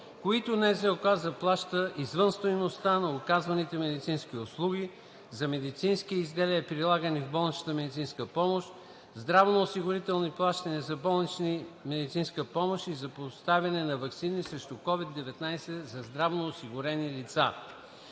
които НЗОК заплаща извън стойността на оказваните медицински услуги, за медицински изделия, прилагани в болничната медицинска помощ, здравноосигурителни плащания за болнична медицинска помощ и за поставяне на ваксини срещу COVID-19 за здравноосигурените лица.